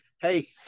hey